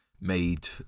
made